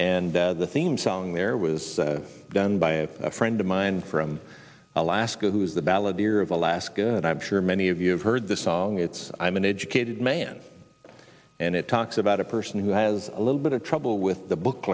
and the theme song there was done by a friend of mine from alaska who's the balladeer of alaska and i'm sure many of you have heard the song it's i'm an educated man and it talks about a person who has a little bit of trouble with the book